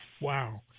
Wow